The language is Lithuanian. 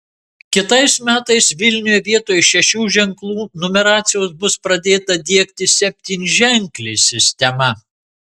kitais metais vilniuje vietoj šešių ženklų numeracijos bus pradėta diegti septynženklė sistema